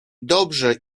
dobrze